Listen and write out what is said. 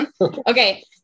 Okay